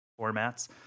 formats